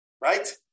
right